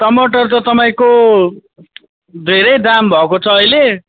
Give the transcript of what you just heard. टमाटर त तपाईँको धेरै दाम भएको छ अहिले